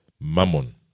Mammon